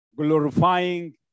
glorifying